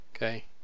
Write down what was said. Okay